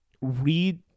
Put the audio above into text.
read